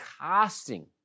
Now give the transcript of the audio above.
casting